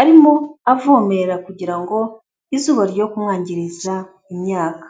arimo avomera kugira ngo, izuba rye kumwangiriza imyaka.